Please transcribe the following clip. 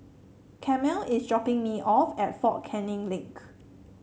Carmel is dropping me off at Fort Canning Link